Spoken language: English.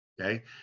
okay